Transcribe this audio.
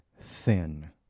thin